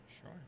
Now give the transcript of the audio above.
Sure